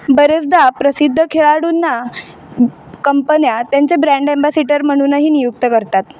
बऱ्याचदा प्रसिद्ध खेळाडूंना कंपन्या त्यांचे ब्रँड एम्बॅसिटर म्हणूनही नियुक्त करतात